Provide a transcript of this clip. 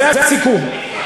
זה הסיכום.